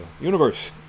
universe